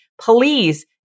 please